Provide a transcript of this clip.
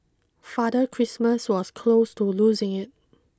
Father Christmas was close to losing it